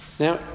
Now